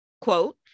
quote